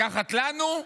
לקחת לנו,